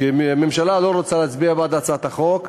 והממשלה לא רוצה להצביע בעד הצעת החוק,